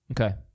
Okay